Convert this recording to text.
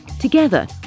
Together